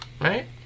Right